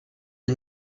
des